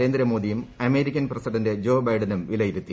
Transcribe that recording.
നരേന്ദ്രമോദിയും American president Joe ബൈഡനും വിലയിരുത്തി